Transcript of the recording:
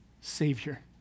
savior